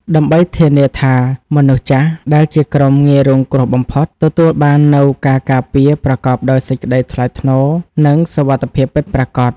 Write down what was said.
ដើម្បីធានាថា មនុស្សចាស់ដែលជាក្រុមងាយរងគ្រោះបំផុត ទទួលបាននូវការការពារប្រកបដោយសេចក្តីថ្លៃថ្នូរ និងសុវត្ថិភាពពិតប្រាកដ។